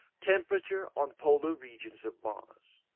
temperature on polar regions of mars.